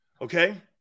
okay